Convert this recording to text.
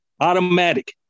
Automatic